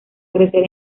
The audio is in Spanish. crecer